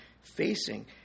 facing